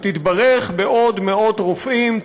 שתתברך בעוד מאות רופאים.